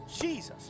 Jesus